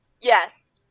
Yes